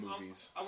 movies